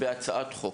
בהצעת חוק,